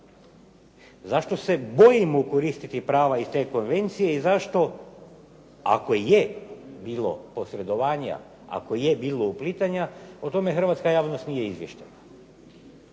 Zašto se bojimo koristiti prava iz te konvencije i zašto, ako je bilo posredovanja, ako je bilo uplitanja, o tome hrvatska javnost nije izvještena?